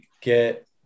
get